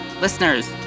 listeners